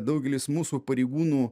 daugelis mūsų pareigūnų